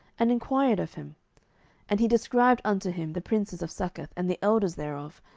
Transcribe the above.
and enquired of him and he described unto him the princes of succoth, and the elders thereof,